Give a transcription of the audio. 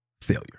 failure